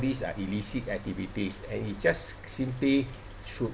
these are illicit activities and it just simply should